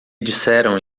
disseram